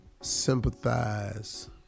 sympathize